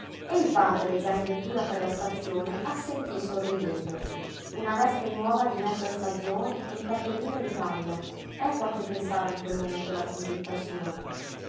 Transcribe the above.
e il padre già in vettura per la stazione assentí sorridendo una veste nuova di mezza stagione e un cappellino di paglia ecco a che pensava in quel momento la figlietta sua